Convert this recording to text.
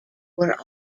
were